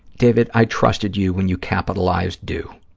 david, i trusted you when you capitalized do.